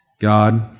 God